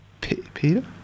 Peter